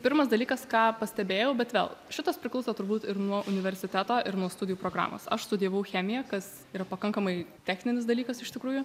pirmas dalykas ką pastebėjau bet vėl šitas priklauso turbūt ir nuo universiteto ir nuo studijų programos aš studijavau chemiją kas yra pakankamai techninis dalykas iš tikrųjų